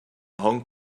hong